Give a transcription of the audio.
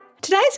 Today's